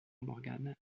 morgan